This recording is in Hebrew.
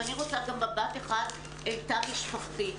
ואני רוצה גם מבט אחד אל תא משפחתי.